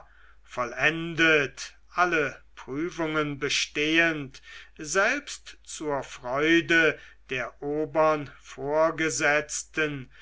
vollendet alle prüfungen bestehend selbst zur freude der obern vorgesetzten